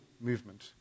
movement